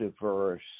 diverse